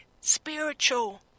spiritual